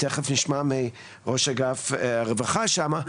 תיכף נשמע מראש אגף הרווחה שם.